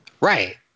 Right